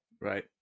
Right